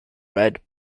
red